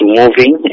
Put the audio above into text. moving